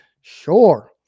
Sure